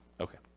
Okay